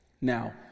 Now